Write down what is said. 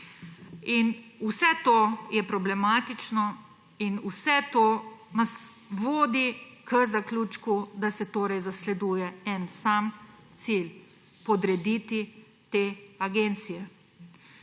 Vse to je problematično in vse to nas vodi k zaključku, da se torej zasleduje en sam cilj: podrediti te agencije.